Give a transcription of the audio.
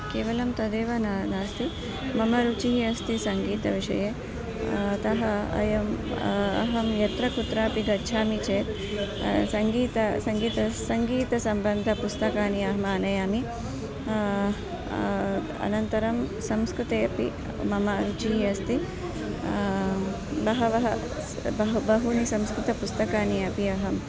केवलं तदेव न नास्ति मम रुचिः अस्ति सङ्गीतविषये अतः अयम् अहं यत्र कुत्रापि गच्छामि चेत् सङ्गीतं सङ्गीतं सङ्गीतसम्बन्धपुस्तकानि अहम् आनयामि अनन्तरं संस्कृते अपि मम रुचिः अस्ति बहवः बहूनि बहूनि संस्कृतपुस्तकानि अपि अहं